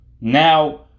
Now